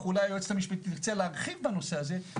ואולי היועצת המשפטית תרצה להרחיב בנושא הזה,